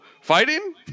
fighting